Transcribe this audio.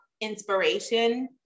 inspiration